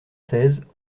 seize